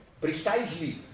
precisely